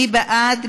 מי בעד?